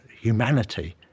humanity